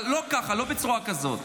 אבל לא ככה, לא בצורה כזאת.